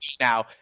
now